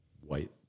white